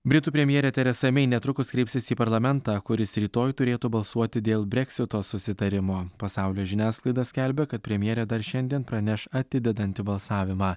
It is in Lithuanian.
britų premjerė teresa mey netrukus kreipsis į parlamentą kuris rytoj turėtų balsuoti dėl breksito susitarimo pasaulio žiniasklaida skelbia kad premjerė dar šiandien praneš atidedanti balsavimą